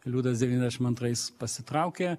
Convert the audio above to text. liudas devyniasdešim antrais pasitraukė